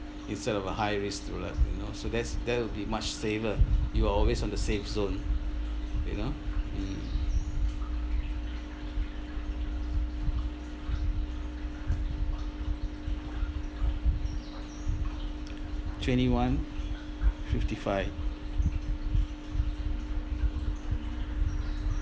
instead of a high risk to like you know so that's that will be much safer you are always on the safe zone you know mm twenty one fifty five